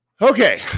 Okay